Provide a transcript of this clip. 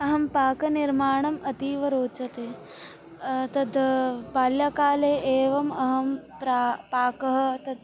अहं पाकनिर्माणम् अतीव रोचते तद् बाल्यकाले एवम् अहं प्रा पाकः तत्